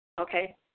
Okay